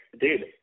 Dude